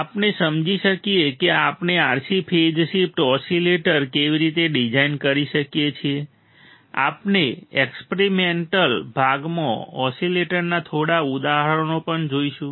આપણે સમજી શકીએ છીએ કે આપણે RC ફેઝ શિફ્ટ ઓસિલેટર કેવી રીતે ડિઝાઇન કરી શકીએ છીએ આપણે એક્સપેરિમેંટલ ભાગમાં ઓસિલેટરના થોડા ઉદાહરણો પણ જોઈશું